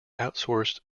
outsourced